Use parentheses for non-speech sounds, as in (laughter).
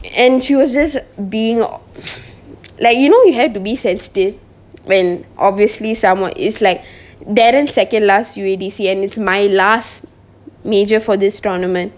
and she was just being or (noise) like you know you have to be sensitive when obviously someone it's like darren second last U_A_D_C and it's my last major for this tournament